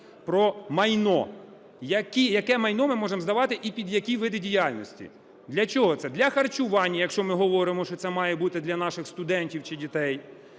про майно, яке майно ми можемо здавати і під які види діяльності. Для чого це: для харчування, якщо ми говоримо, що це має бути для наших студентів чи дітей,